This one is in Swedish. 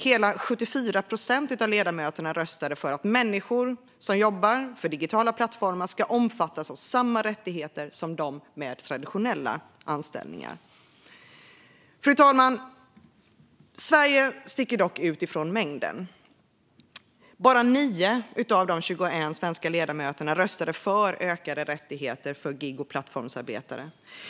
Hela 74 procent av ledamöterna röstade för att människor som jobbar för digitala plattformar ska omfattas av samma rättigheter som dem med traditionella anställningar. Fru talman! Sverige sticker dock ut från mängden. Bara 9 av de 21 svenska ledamöterna röstade för ökade rättigheter för gig och plattformsarbetare.